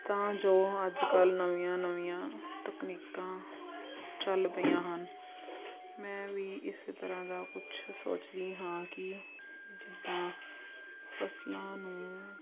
ਤਾਂ ਜੋ ਅੱਜ ਕੱਲ੍ਹ ਨਵੀਆਂ ਨਵੀਆਂ ਤਕਨੀਕਾਂ ਚੱਲ ਪਈਆਂ ਹਨ ਮੈਂ ਵੀ ਇਸ ਤਰ੍ਹਾਂ ਦਾ ਕੁਛ ਸੋਚਦੀ ਹਾਂ ਕਿ ਜਿੱਦਾਂ ਫਸਲਾਂ ਨੂੰ